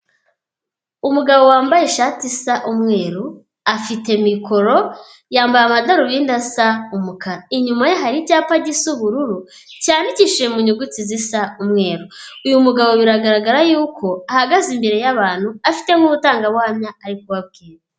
Umugabo wambaye ishati isa umweru, afite mikoro, yambaye amadarubindi asa umukara. Inyuma ye hari icyapa gisa ubururu cyandikishijwe mu nyuguti zisa umweru. Uyu mugabo biragaragara ko ahagaze imbere y'abantu afitemo ubutangabuhamya ari kubabwira.